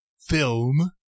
film